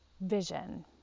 vision